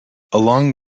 along